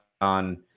on